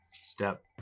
step